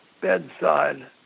bedside